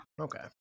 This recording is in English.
Okay